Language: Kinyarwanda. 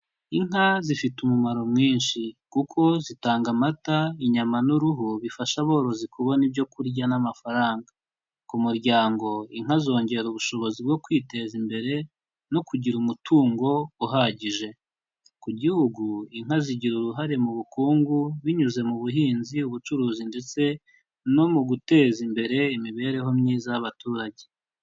Inka zifite umumaro mwinshi kuko zitanga amata, inyama n'uruhu bifasha aborozi kubona ibyoku kurya n'amafaranga, ku muryango inka zongera ubushobozi bwo kwiteza imbere no kugira umutungo uhagije, ku gihugu inka zigira uruhare mu bukungu binyuze mu buhinzi, ubucuruzi ndetse no mu guteza imbere imibereho myiza y'abaturage.